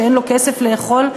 שאין לו כסף לאכול?